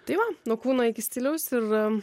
tai va nuo kūno iki stiliaus ir